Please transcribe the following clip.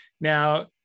Now